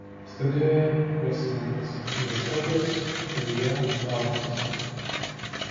studijoje verslininkas investuotojas ilja laursas